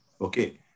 okay